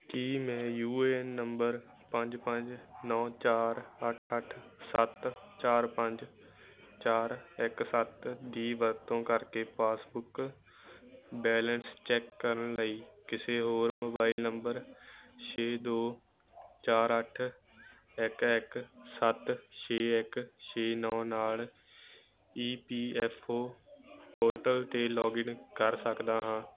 ਕੀ ਮੈਂ U A N number ਪੰਜ ਪੰਜ ਨੌਂ ਚਾਰ ਅੱਠ ਅੱਠ ਸੱਤ ਚਾਰ ਪੰਜ ਚਾਰ ਇੱਕ ਸੱਤ ਦੀ ਵਰਤੋਂ ਕਰਕੇ ਪਾਸਬੁੱਕ ਬੈਲੇਂਸ ਚੈੱਕ ਕਰਨ ਲਈ ਕਿਸੇ ਹੋਰ ਮੋਬਾਈਲ ਨੰਬਰ ਛੇ ਦੋ ਚਾਰ ਅੱਠ ਇੱਕ ਇੱਕ ਸੱਤ ਛੇ ਇੱਕ ਛੇ ਨੌਂ ਨਾਲ E P F O portal 'ਤੇ ਲੌਗਇਨ ਕਰ ਸਕਦਾ ਹਾਂ